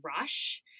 rush